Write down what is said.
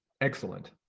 excellent